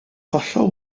hollol